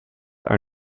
are